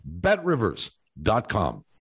BetRivers.com